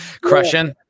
crushing